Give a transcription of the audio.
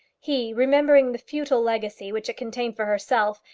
he, remembering the futile legacy which it contained for herself,